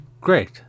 Great